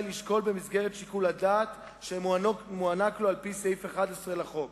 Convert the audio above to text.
לשקול במסגרת שיקול הדעת שמוענק לו על-פי סעיף 11 לחוק.